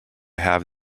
have